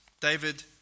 David